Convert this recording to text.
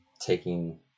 taking